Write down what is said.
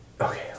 okay